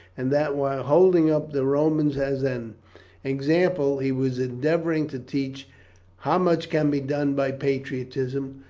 and that, while holding up the romans as an example, he was endeavouring to teach how much can be done by patriotism,